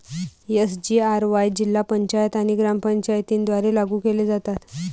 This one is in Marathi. एस.जी.आर.वाय जिल्हा पंचायत आणि ग्रामपंचायतींद्वारे लागू केले जाते